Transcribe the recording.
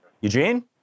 Eugene